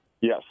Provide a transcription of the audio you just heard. Yes